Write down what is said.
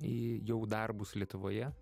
į jau darbus lietuvoje